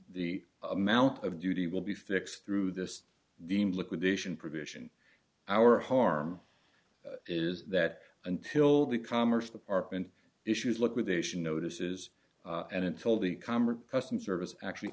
the amount of duty will be fixed through this deem liquidation provision our harm is that until the commerce department issues liquidation notices and until the calmer customs service actually